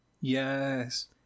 Yes